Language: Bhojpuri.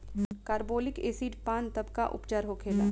कारबोलिक एसिड पान तब का उपचार होखेला?